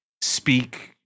speak